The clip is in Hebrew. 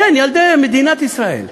כן, ילדי מדינת ישראל.